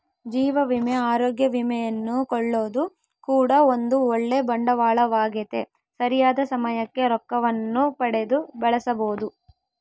ಜೀವ ವಿಮೆ, ಅರೋಗ್ಯ ವಿಮೆಯನ್ನು ಕೊಳ್ಳೊದು ಕೂಡ ಒಂದು ಓಳ್ಳೆ ಬಂಡವಾಳವಾಗೆತೆ, ಸರಿಯಾದ ಸಮಯಕ್ಕೆ ರೊಕ್ಕವನ್ನು ಪಡೆದು ಬಳಸಬೊದು